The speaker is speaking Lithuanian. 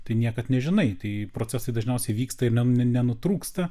tai niekad nežinai tai procesai dažniausiai vyksta ir ne nenutrūksta